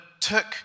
took